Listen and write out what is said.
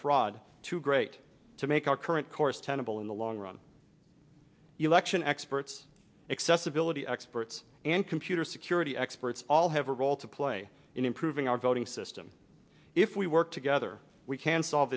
fraud too great to make our current course tenable in the long run election experts accessibility experts and computer security experts all have a role to play in improving our voting system if we work together we can solve